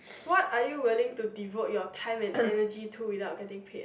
what are you willing to devote your time and energy to without getting paid